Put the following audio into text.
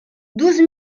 douze